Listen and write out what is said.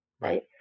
Right